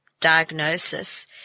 diagnosis